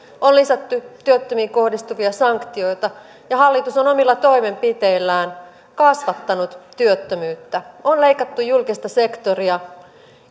on lisätty työttömiin kohdistuvia sanktioita ja hallitus on omilla toimenpiteillään kasvattanut työttömyyttä on leikattu julkista sektoria